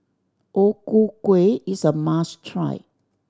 O Ku Kueh is a must try